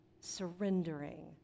surrendering